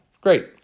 great